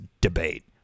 debate